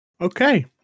Okay